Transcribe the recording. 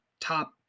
top